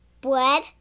Bread